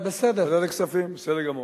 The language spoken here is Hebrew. ועדת הכספים, בסדר גמור.